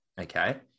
Okay